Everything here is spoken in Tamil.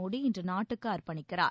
மோடி இன்று நாட்டுக்கு அர்ப்பணிக்கிறார்